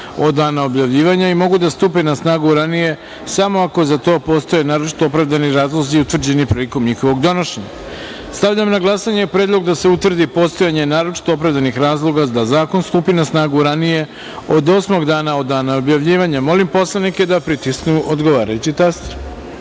od dana objavljivanja i mogu da stupe na snagu ranije samo ako za to postoje naročito opravdani razlozi, utvrđeni prilikom njihovog donošenja. Stavljam na glasanje predlog da se utvrdi postojanje naročito opravdanih razloga da zakon stupi na snagu ranije od 8. dana od dana objavljivanja. Molim poslanike da pritisnu odgovarajući